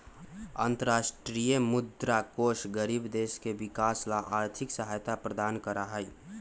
अन्तरराष्ट्रीय मुद्रा कोष गरीब देश के विकास ला आर्थिक सहायता प्रदान करा हई